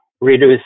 reduce